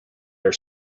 are